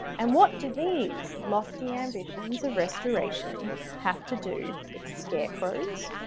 and what do these lofty ambitions of restoration have to do with scarecrows,